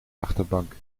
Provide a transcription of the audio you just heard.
achterbank